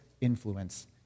influence